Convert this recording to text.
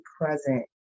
present